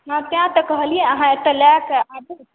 सएह तऽ कहलियै अहाँ एतय लय कऽ आबू